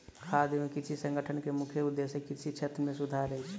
खाद्य एवं कृषि संगठन के मुख्य उदेश्य कृषि क्षेत्र मे सुधार अछि